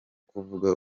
kuvuga